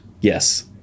Yes